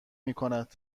میکند